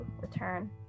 return